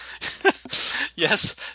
Yes